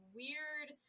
weird